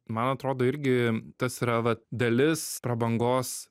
man atrodo irgi tas yra wat dalis prabangos